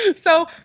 So-